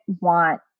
want